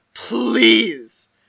please